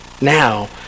Now